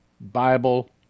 Bible